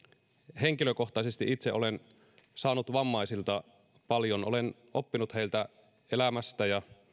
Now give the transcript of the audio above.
henkilökohtaisesti itse olen saanut vammaisilta paljon olen oppinut heiltä elämästä ja